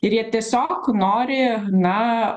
ir jie tiesiog nori na